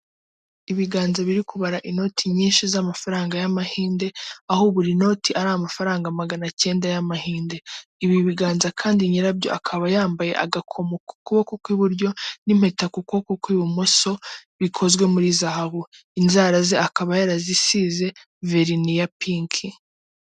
Ibiganza biri kubara inoti nyinshi z'amafaranga y'amahinde, aho buri in noti ari amafaranga magana icyenda y'amahinde. Ibi biganza kandi nyirabyo akaba yambaye agakomo ku kuboko kw'iburyo n'impeta ku kuboko kw'ibumoso, bikozwe muri zahabu inzara ze akaba yarazisize verine ya pinki.